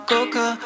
Coca